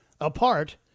apart